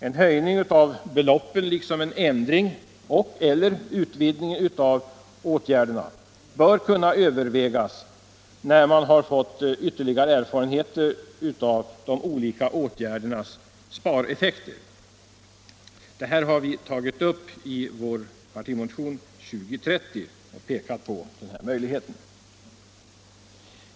En höjning av beloppen, liksom en ändring och/eller utvidgning av åtgärderna bör kunna övervägas när man fått ytterligare erfarenhet av de olika åtgärdernas spareffekter. Vi har i motionen 2030 pekat på denna möjlighet.